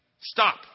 stop